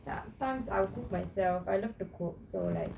sometimes I'll cook myself I love to cook so